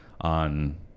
on